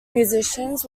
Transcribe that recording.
musicians